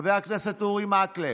חבר הכנסת אורי מקלב,